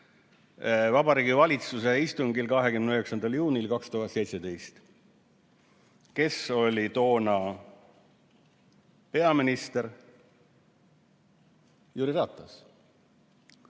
Vabariigi Valitsuse istungil 29. juunil 2017. Kes oli toona peaminister? Jüri Ratas.